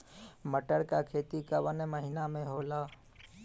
मटर क खेती कवन महिना मे होला?